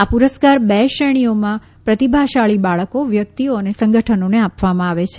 આ પુરસ્કાર બે શ્રેણીઓમાં પ્રતિભાશાળી બાળકો વ્યક્તિઓ અને સંગઠનોને આપવામાં આવે છે